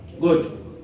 good